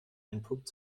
entpuppt